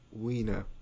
Wiener